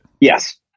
Yes